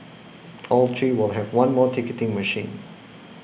all three will have one more ticketing machine